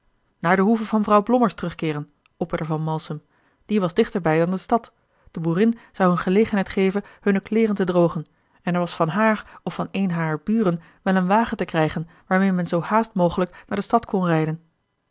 naar de hoeve van vrouw blommers terugkeeren opperde van malsem die was dichterbij dan de stad de boerin zou hun gelegenheid geven hunne kleêren te drogen en er was van haar of van een harer buren wel een wagen te krijgen waarmeê men zoo haast mogelijk naar de stad kon rijden